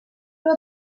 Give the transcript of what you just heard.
will